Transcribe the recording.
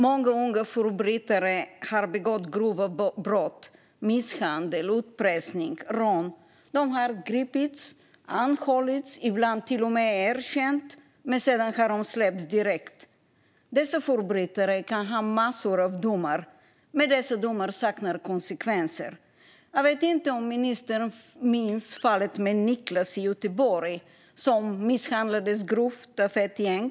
Många unga förbrytare har begått grova brott som misshandel, utpressning och rån. De har gripits, anhållits, ibland till och med erkänt - men sedan har de släppts direkt. Dessa förbrytare kan ha massor av domar, men dessa domar saknar konsekvenser. Jag vet inte om ministern minns fallet med Niclas i Göteborg, som misshandlades grovt av ett gäng.